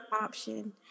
option